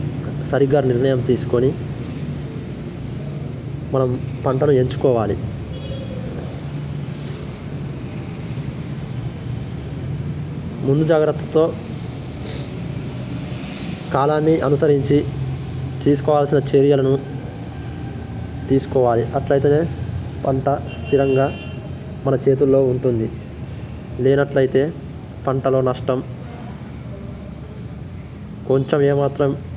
సరిగ్గా నిర్ణయం తీసుకొని మనం పంటను ఎంచుకోవాలి ముందు జాగ్రత్తతో కాలాన్ని అనుసరించి తీసుకోవాల్సిన చర్యలను తీసుకోవాలి అట్లయితేనే పంట స్థిరంగా మన చేతుల్లో ఉంటుంది లేనట్లయితే పంటలో నష్టం కొంచం ఏమాత్రం